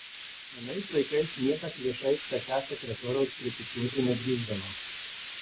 anais laikais niekas viešai ck sekretoriaus kritikuoti nedrįsdavo